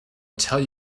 tell